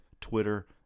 Twitter